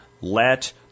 let